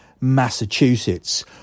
Massachusetts